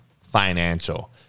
Financial